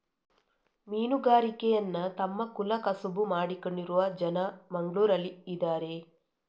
ಮೀನುಗಾರಿಕೆಯನ್ನ ತಮ್ಮ ಕುಲ ಕಸುಬು ಮಾಡಿಕೊಂಡಿರುವ ಜನ ಮಂಗ್ಳುರಲ್ಲಿ ಇದಾರೆ